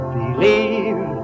believe